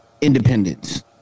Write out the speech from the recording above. Independence